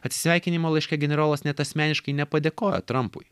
atsisveikinimo laiške generolas net asmeniškai nepadėkojo trampui